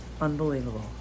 unbelievable